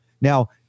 Now